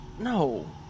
no